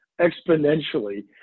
exponentially